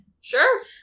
Sure